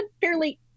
fairly